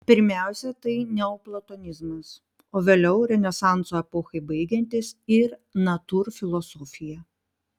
pirmiausia tai neoplatonizmas o vėliau renesanso epochai baigiantis ir natūrfilosofija